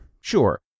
Sure